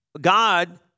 God